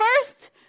first